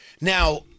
Now